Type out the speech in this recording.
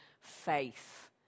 faith